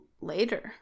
later